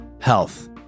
health